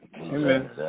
Amen